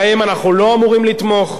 בהם אנחנו לא אמורים לתמוך?